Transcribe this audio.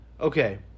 okay